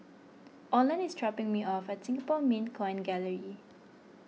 Oland is dropping me off at Singapore Mint Coin Gallery